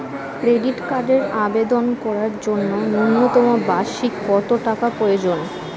Credit কার্ডের আবেদন করার জন্য ন্যূনতম বার্ষিক কত টাকা প্রয়োজন?